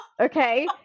Okay